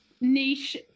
niche